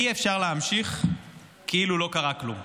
אי-אפשר להמשיך כאילו לא קרה כלום.